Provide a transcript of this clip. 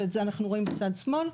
ואת זה אנחנו רואים מצד שמאל.